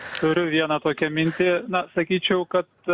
turiu vieną tokią mintį na sakyčiau kad